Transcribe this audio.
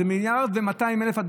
זה מיליארד ו-200,000,